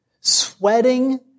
sweating